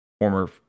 former